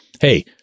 hey